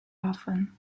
often